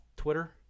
twitter